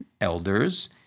elders